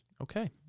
Okay